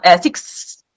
six